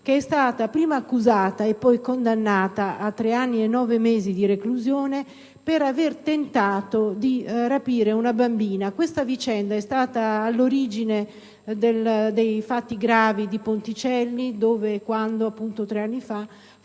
che è stata prima accusata e poi condannata a tre anni e nove mesi di reclusione per aver tentato di rapire una bambina. Questa vicenda è stata all'origine dei fatti gravi di Ponticelli, quando, tre anni fa,